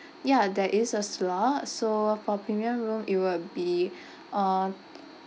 ya there is a slot so for premium room it will be uh